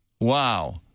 wow